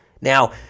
Now